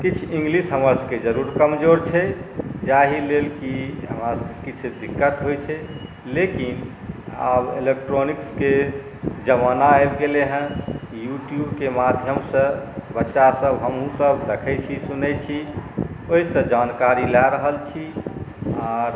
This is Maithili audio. किछु इंग्लिश हमरसभके जरूर कमजोर छै जाहिलेल कि हमरा सभकेँ किछु दिक्कत होइत छै लेकिन आब इलेक्ट्रॉनिक्सके जमाना आबि गेलै हेँ यूट्यूबके माध्यमसँ बच्चासभ हमहूँसभ देखैत छी सुनैत छी ओहिसँ जानकारी लए रहल छी आओर